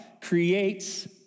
creates